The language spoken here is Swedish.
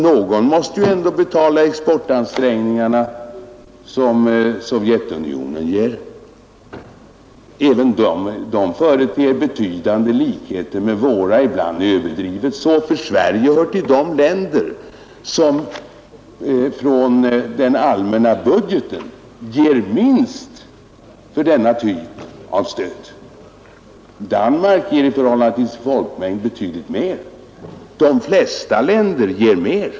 Någon måste väl ändå betala exportansträngningarna som Sovjetunionen gör, och de företer ibland betydande likheter med våra. Sverige hör till de länder som över den allmänna budgeten ger minst bidrag för denna typ av stöd. Danmark ger i förhållande till sin folkmängd betydligt mer, och de flesta länder ger mer.